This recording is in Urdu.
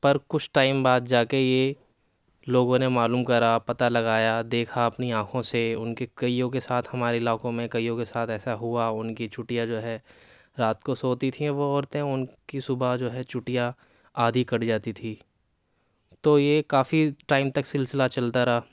پر کچھ ٹائم بعد جا کے یہ لوگوں نے معلوم کرا پتہ لگایا دیکھا اپنی آنکھوں سے ان کے کئیوں کے ساتھ ہمارے علاقوں میں کئیوں کے ساتھ ہوا ان کی چٹیا جو ہے رات کو سوتی تھیں وہ عورتیں ان کی صبح جو ہے چٹیا آدھی کٹ جاتی تھی تو یہ کافی ٹائم تک سلسلہ چلتا رہا